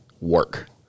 work